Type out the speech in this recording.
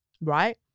Right